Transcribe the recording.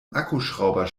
akkuschrauber